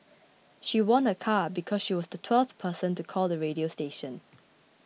she won a car because she was the twelfth person to call the radio station